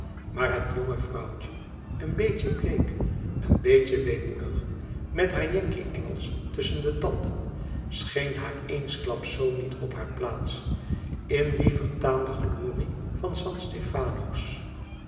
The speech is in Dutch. maar het jonge vrouwtje een beetje bleek een beetje weemoedig met haar yankee engelsch tusschen de tanden scheen haar eensklaps zoo niet op haar plaats in die vertaande glorie der san stefano's